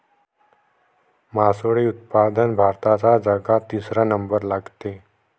मासोळी उत्पादनात भारताचा जगात तिसरा नंबर लागते